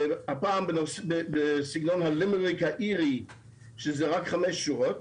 הפעם בסגנון limerick האירי שזה רק חמש שורות.